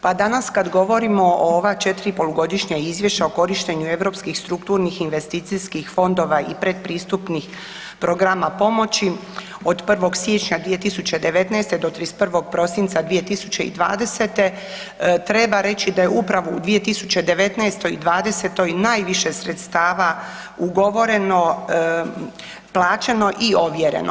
Pa danas kada govorimo o ova četiri polugodišnja izvješća o korištenju europskih strukturnih, investicijskih fondova i predpristupnih programa pomoći od 1. siječnja 2019. do 31. prosinca 2020., treba reći da je upravo u 2019. i '20. najviše sredstava u govoreno, plaćeno i ovjereno.